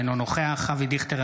אינו נוכח אבי דיכטר,